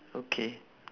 okay